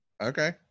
Okay